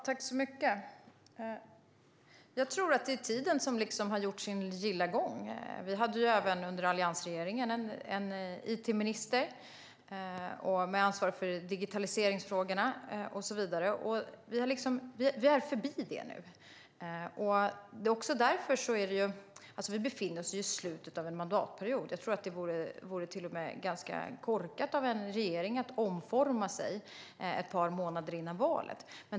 Herr talman! Jag tror att det är tiden som har gått sin gilla gång. Vi hade ju även under alliansregeringen en it-minister med ansvar för digitaliseringsfrågorna och så vidare. Vi är förbi det nu. Vi befinner oss också i slutet av en mandatperiod. Jag tror att det vore ganska korkat av en regering att omforma sig ett par månader före valet.